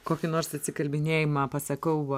kokį nors atsikalbinėjimą pasakau